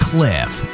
Cliff